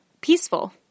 peaceful